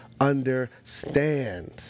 understand